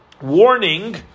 warning